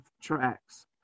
tracks